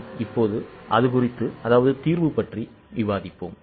நாம் இப்போது தீர்வு பற்றி விவாதிப்போம்